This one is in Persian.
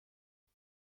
کار